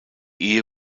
ehe